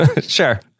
Sure